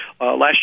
Last